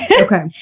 Okay